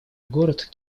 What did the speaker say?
город